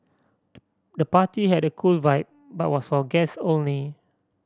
the party had a cool vibe but was for guests only